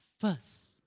first